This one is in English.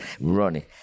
running